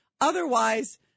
Otherwise